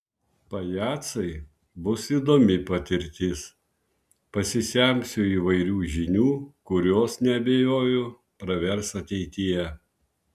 pajacai bus įdomi patirtis pasisemsiu įvairių žinių kurios neabejoju pravers ateityje